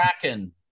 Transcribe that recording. Kraken